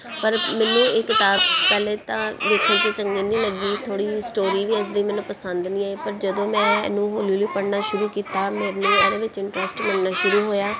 ਪਰ ਮੈਨੂੰ ਇਹ ਕਿਤਾਬ ਪਹਿਲਾਂ ਤਾਂ ਦੇਖਣ ਵਿੱਚ ਚੰਗੀ ਨਹੀਂ ਲੱਗੀ ਥੋੜ੍ਹੀ ਜਿਹੀ ਸਟੋਰੀ ਵੀ ਇਸ ਦੀ ਮੈਨੂੰ ਪਸੰਦ ਨਹੀਂ ਆਈ ਪਰ ਜਦੋਂ ਮੈਂ ਇਹਨੂੰ ਹੌਲੀ ਹੌਲੀ ਪੜ੍ਹਨਾ ਸ਼ੁਰੂ ਕੀਤਾ ਮੈਨੂੰ ਇਹਦੇ ਵਿੱਚ ਇੰਟਰਸਟ ਬਣਨਾ ਸ਼ੁਰੂ ਹੋਇਆ